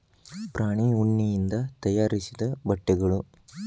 ಪ್ರಾಣಿ ಉಣ್ಣಿಯಿಂದ ತಯಾರಿಸಿದ ಬಟ್ಟೆಗಳು